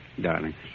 Darling